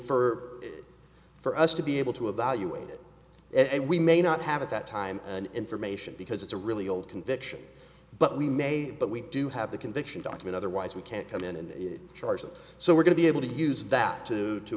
fur for us to be able to evaluate it and we may not have at that time an information because it's a really old conviction but we may but we do have the conviction doctrine otherwise we can't come in in charge and so we're going to be able to use that to to